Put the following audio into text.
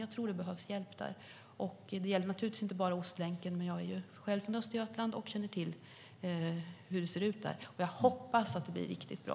Jag tror att det behövs hjälp där. Det gäller naturligtvis inte bara Ostlänken, men jag är ju själv från Östergötland och känner till hur det ser ut där. Jag hoppas att det blir riktigt bra.